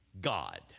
God